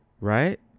right